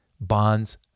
bonds